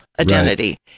identity